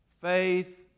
Faith